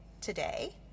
today